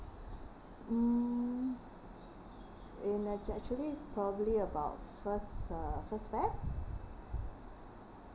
mm in act~ actually probably about first uh first feb